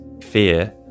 fear